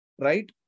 Right